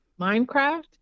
Minecraft